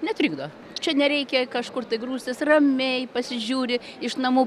netrikdo čia nereikia kažkur tai grūstis ramiai pasižiūri iš namų